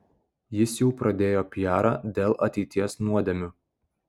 jis jau pradėjo pijarą dėl ateities nuodėmių